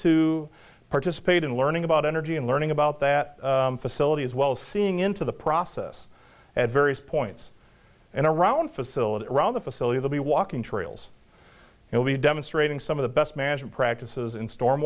to participate in learning about energy and learning about that facility as well as seeing into the process at various points and around facilities around the facility will be walking trails and will be demonstrating some of the best management practices in storm